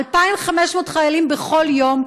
2,500 חיילים בכל יום,